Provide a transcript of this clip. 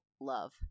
love